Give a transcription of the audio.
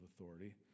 authority